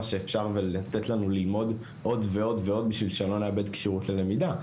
שאפשר ולתת לנו ללמוד עוד ועוד ועוד בשביל שלא נאבד כשירות ללמידה,